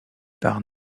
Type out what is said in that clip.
par